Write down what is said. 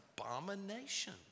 abomination